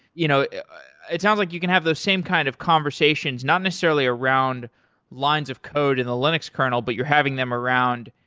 you know it sounds like you can have the same kind of conversations not necessarily around lines of code in the linux kernel, but you're having them around,